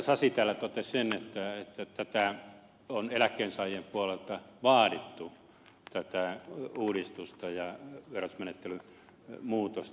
sasi täällä totesi sen että eläkkeensaajien puolelta on vaadittu tätä uudistusta ja verotusmenettelyn muutosta